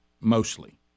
Mostly